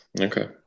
Okay